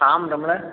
தாம்பரமில்